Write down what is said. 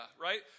right